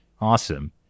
awesome